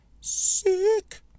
sick